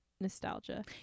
nostalgia